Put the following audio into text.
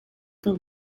the